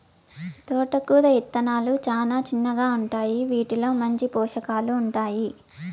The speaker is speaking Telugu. తోటకూర ఇత్తనాలు చానా చిన్నగా ఉంటాయి, వీటిలో మంచి పోషకాలు ఉంటాయి